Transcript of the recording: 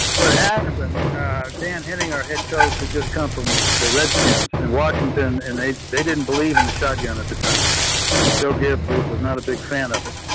what happened? a dan hinting, our head coach had just come from the redskins and washington and they, they didn't believe in the shotgun at the time joe so gibbs. it was not a big fan of it.